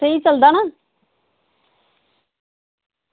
स्हेई चलदा ना